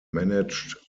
managed